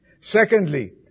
Secondly